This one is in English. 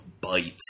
Bites